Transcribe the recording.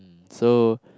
so